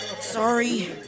sorry